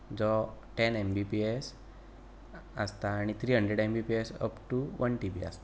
जो ten M B P S आसता आनी three hundred M B P S up to one T B आसता